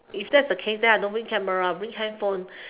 if that's the case then I don't bring camera I'll bring handphone